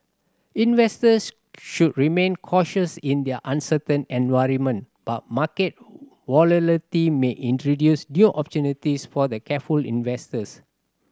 investors should remain cautious in their uncertain environment but market may introduce new opportunities for the careful investors